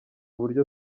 buryo